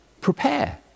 prepare